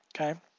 okay